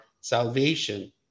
salvation